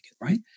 Right